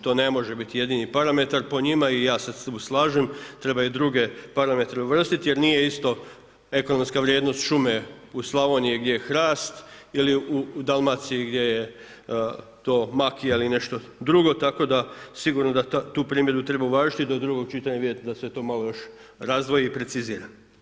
To ne može biti jedini parametar po njima i ja se tu slažem, treba i druge parametre uvrstiti jer nije isto ekonomska vrijednost šume u Slavoniji gdje je hrast ili u Dalmaciji gdje je to makija ili nešto drugo, tako da sigurno da tu primjedbu treba uvažiti i do drugog čitanja vidjet da se to malo još razdvoji i precizira.